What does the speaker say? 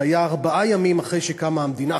זה היה ארבעה ימים אחרי שקמה המדינה,